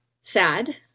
sad